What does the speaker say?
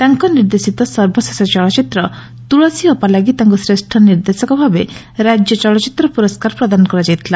ତାଙ୍କ ନିର୍ଦ୍ଦେଶିତ ସର୍ବଶେଷ ଚଳଚିତ୍ର ତୁଳସୀ ଅପା ଲାଗି ତାଙ୍କୁ ଶ୍ରେଷ୍ଟ ନିର୍ଦ୍ଦେଶକ ଭାବେ ରାଜ୍ୟ ଚଳଚିତ୍ର ପୁରସ୍କାର ପ୍ରଦାନ କରାଯାଇଥିଲା